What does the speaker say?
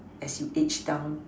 as you age down